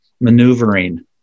maneuvering